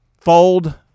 fold